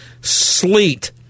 sleet